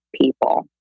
people